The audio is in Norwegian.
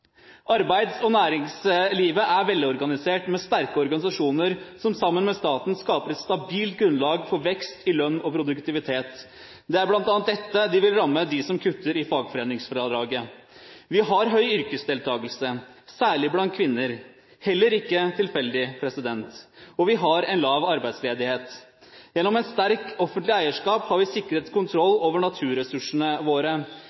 Arbeids- og næringslivet er velorganisert med sterke organisasjoner som, sammen med staten, skaper et stabilt grunnlag for vekst i lønn og produktivitet. Det er bl.a. dette de vil ramme, de som kutter i fagforeningsfradraget. Vi har høy yrkesdeltakelse, særlig blant kvinner – heller ikke tilfeldig. Vi har en lav arbeidsledighet. Gjennom et sterkt offentlig eierskap har vi sikret kontroll over naturressursene våre,